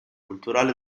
culturale